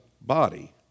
body